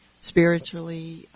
spiritually